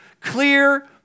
clear